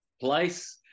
place